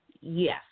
Yes